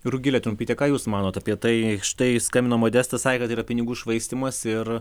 rugile tumpyte ką jūs manot apie tai štai skambino modestas sakė kad yra pinigų švaistymas ir